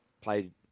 played